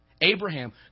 Abraham